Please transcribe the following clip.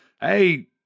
Hey